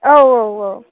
औ औ औ